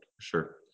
sure